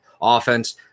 offense